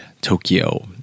Tokyo